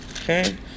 Okay